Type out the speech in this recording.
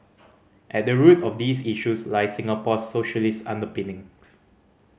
at the root of these issues lie Singapore's socialist underpinnings